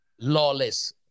lawless